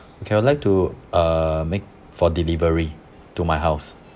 okay I would like to uh make for delivery to my house